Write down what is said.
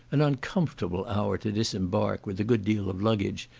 an uncomfortable hour to disembark with a good deal of luggage,